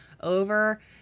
over